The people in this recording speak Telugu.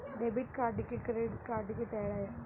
డెబిట్ కార్డుకి క్రెడిట్ కార్డుకి తేడా?